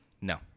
No